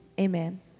amen